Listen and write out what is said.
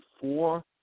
four